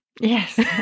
Yes